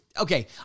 okay